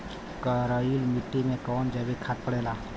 करइल मिट्टी में कवन जैविक खाद पड़ेला?